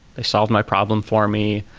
they solved my problem for me.